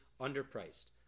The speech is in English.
underpriced